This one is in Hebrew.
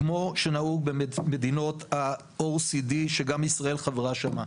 כמו שנהוג במדינות ה-OECD שגם ישראל חברה שמה,